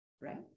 right